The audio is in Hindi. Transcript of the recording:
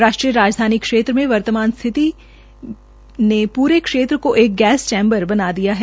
राष्ट्रीय राजधानी क्षेत्र में वर्तमान स्थिति ने पूरे क्षेत्र को एक गैस चैम्बर बना दिया है